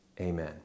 amen